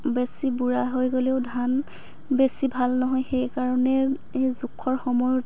বেছি বুঢ়া হৈ গ'লেও ধান বেছি ভাল নহয় সেইকাৰণে জোখৰ সময়তে